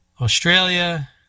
Australia